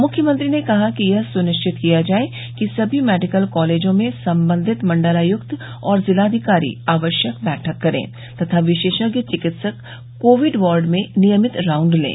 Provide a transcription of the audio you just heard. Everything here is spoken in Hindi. मुख्यमंत्री ने कहा कि यह सुनिश्चित किया जाये कि सभी मेडिकल कॉलेजों में संबंधित मंडलायुक्तों और जिलाधिकारी आवश्यक बैठक करे तथा विशेषज्ञ चिकित्सक कोविड वार्ड में नियमित राउंड लें